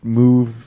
move